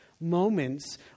moments